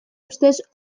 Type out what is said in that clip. ustez